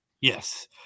yes